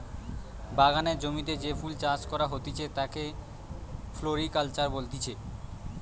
বাগানের জমিতে যে ফুল চাষ করা হতিছে তাকে ফ্লোরিকালচার বলতিছে